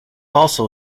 also